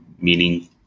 meaning